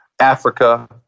Africa